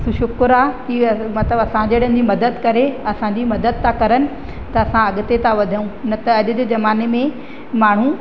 की शुक्रु आहे की इहे मतिलबु असां जहिड़े जी मदद करे असांजी मदद था करनि त असां अॻिते ता वधियूं न त अॼु जे ज़माने में माण्हू